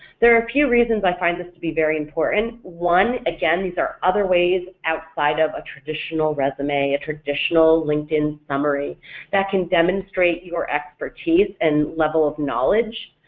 there are a few reasons i find this to be very important. one, again, these are other ways outside of a traditional resume, a traditional linkedin summary that can demonstrate your expertise and level of knowledge,